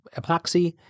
epoxy